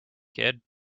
kid